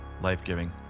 life-giving